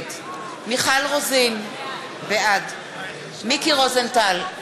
נגד מיכל רוזין, בעד מיקי רוזנטל,